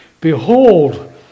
Behold